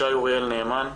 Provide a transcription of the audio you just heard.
ישי אוריאל נאמן,